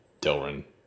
Delrin